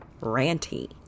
ranty